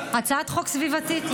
הצעת חוק סביבתית.